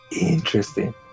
Interesting